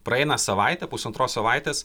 praeina savaitė pusantros savaitės